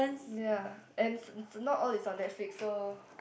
ya and not all is on Netflix so